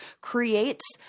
creates